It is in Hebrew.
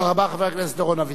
חבר הכנסת דורון אביטל.